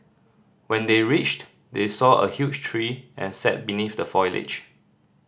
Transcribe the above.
when they reached they saw a huge tree and sat beneath the foliage